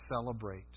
celebrate